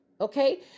okay